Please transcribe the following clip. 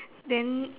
then